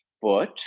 foot